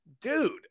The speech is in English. dude